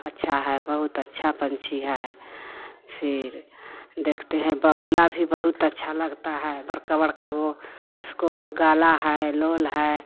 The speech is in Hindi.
अच्छा है बहुत अच्छा पंछी है फिर देखते हैं बगुला भी बहुत अच्छा लगता है बड़का बड़का वो उसको गाला है लोल है